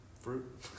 fruit